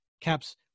Caps